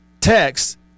text